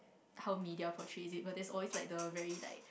how media portrays it but there's always like the very like